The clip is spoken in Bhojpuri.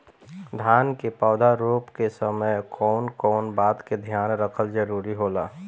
धान के पौधा रोप के समय कउन कउन बात के ध्यान रखल जरूरी होला?